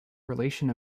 relation